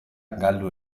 galdu